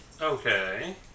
Okay